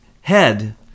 head